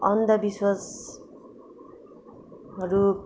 अन्धविश्वासहरू